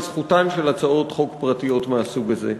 בזכותן של הצעות חוק פרטיות מהסוג הזה.